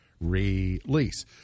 release